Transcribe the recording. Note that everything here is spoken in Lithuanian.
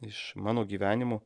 iš mano gyvenimo